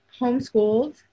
homeschooled